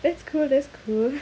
that's cool that's cool